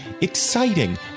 exciting